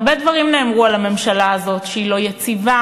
הרבה דברים נאמרו על הממשלה הזאת: שהיא לא יציבה,